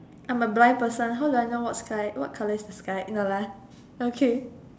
I am a blind person how do I know what sky what colour is the sky eh no lah okay